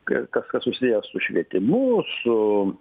kai kas kas susiję su švietimu su